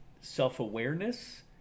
self-awareness